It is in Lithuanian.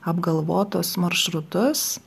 apgalvotos maršrutus